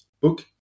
book